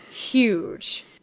huge